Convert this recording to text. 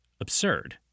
absurd